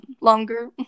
longer